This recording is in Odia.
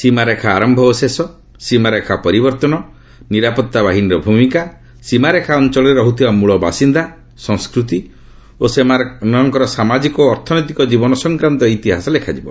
ସୀମାରେଖା ଆରମ୍ଭ ଓ ଶେଷ ସୀମାରେଖା ପରବର୍ତ୍ତନ ନିରାପତ୍ତା ବାହିନୀର ଭୂମିକା ସୀମାରେଖା ଅଞ୍ଚଳରେ ରହୁଥିବା ମ୍ମଳବାସିନ୍ଦା ସଂସ୍କୃତି ଓ ସେମାନଙ୍କର ସାମାଜିକ ଓ ଆର୍ଥନୀତିକ ଜୀବନ ସଂକ୍ରାନ୍ତ ଇତିହାସ ଲେଖାଯିବ